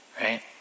right